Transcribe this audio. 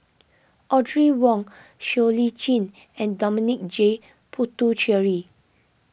Audrey Wong Siow Lee Chin and Dominic J Puthucheary